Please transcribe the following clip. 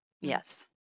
Yes